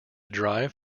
drive